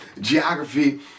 geography